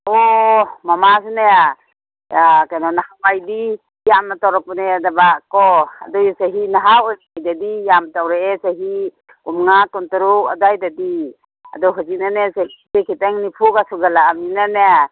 ꯑꯣ ꯃꯃꯥꯖꯨꯅꯦ ꯀꯩꯅꯦ ꯅꯍꯥꯟꯋꯥꯏꯗꯤ ꯌꯥꯝꯅ ꯇꯧꯔꯛꯄꯅꯦ ꯑꯗꯨꯕꯀꯣ ꯑꯗꯨꯏ ꯆꯍꯤ ꯅꯍꯥ ꯑꯣꯏꯔꯤꯉꯩꯗꯗꯤ ꯌꯥꯝꯅ ꯇꯧꯔꯛꯑꯦ ꯑꯗꯒꯤ ꯀꯨꯟꯃꯉꯥ ꯀꯨꯟꯇꯔꯨꯛ ꯑꯗ꯭ꯋꯥꯏꯗꯗꯤ ꯑꯗꯣ ꯍꯧꯖꯤꯛꯅꯅꯦ ꯆꯍꯤꯁꯦ ꯈꯤꯇꯪ ꯅꯤꯐꯨꯒ ꯁꯨꯒꯠꯂꯛꯑꯕꯅꯤꯅꯅꯦ